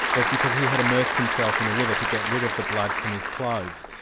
was because he had immersed himself in a river to get rid of the blood from his clothes.